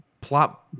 plot